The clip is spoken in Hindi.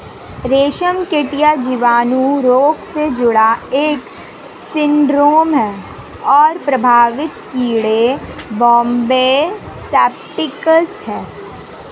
रेशमकीट यह जीवाणु रोग से जुड़ा एक सिंड्रोम है और प्रभावित कीड़े बॉम्बे सेप्टिकस है